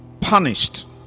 punished